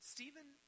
Stephen